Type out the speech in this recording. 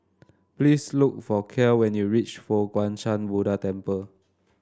please look for Kiel when you reach Fo Guang Shan Buddha Temple